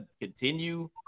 continue